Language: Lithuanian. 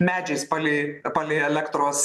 medžiais palei palei elektros